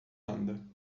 anda